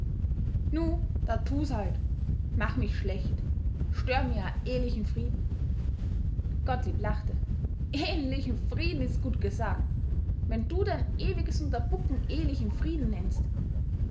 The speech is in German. nu da tu's halt mach mich schlecht stör mir a eh'lichen frieden gottlieb lachte eh'lichen frieden is gutt gesagt wenn du dein ewiges unterbucken eh'lichen frieden nennst